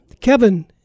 Kevin